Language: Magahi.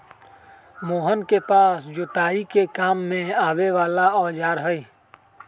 मोहन के पास जोताई के काम में आवे वाला औजार हई